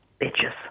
bitches